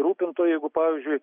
rūpintojai jeigu pavyzdžiui